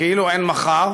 כאילו אין מחר,